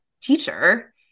teacher